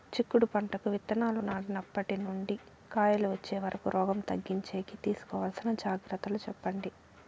చిక్కుడు పంటకు విత్తనాలు నాటినప్పటి నుండి కాయలు వచ్చే వరకు రోగం తగ్గించేకి తీసుకోవాల్సిన జాగ్రత్తలు చెప్పండి?